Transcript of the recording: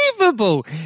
unbelievable